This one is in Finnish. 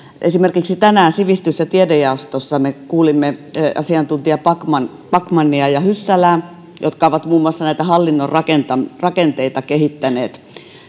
esimerkiksi tänään sivistys ja tiedejaostossa me kuulimme asiantuntijoita backmania backmania ja hyssälää jotka ovat muun muassa näitä hallinnon rakenteita kehittäneet